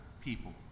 people